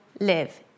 live